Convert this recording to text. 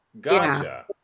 Gotcha